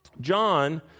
John